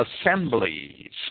assemblies